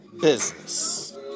business